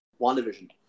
WandaVision